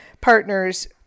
partners